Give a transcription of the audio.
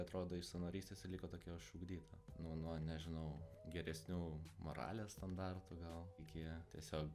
atrodo iš savanorystės ir liko tokia išugdyta nuo nuo nežinau geresnių moralės standartų gal iki tiesiog